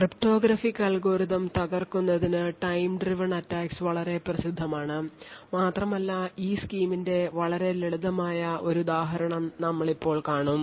cryptographic algorithm തകർക്കുന്നതിന് time driven attackes വളരെ പ്രസിദ്ധമാണ് മാത്രമല്ല ഈ സ്കീമിന്റെ വളരെ ലളിതമായ ഒരു ഉദാഹരണം നമ്മൾ ഇപ്പോൾ കാണും